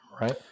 right